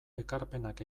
ekarpenak